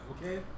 okay